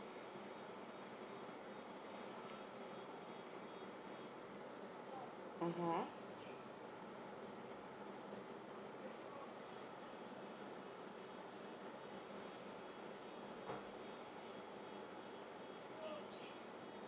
(uh huh)